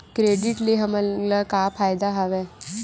Credit ले हमन का का फ़ायदा हवय?